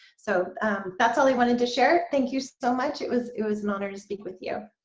so that's all i wanted to share, thank you so much it was it was an honor to speak with you.